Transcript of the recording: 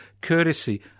courtesy